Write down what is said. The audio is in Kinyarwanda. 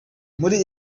muri